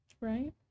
Right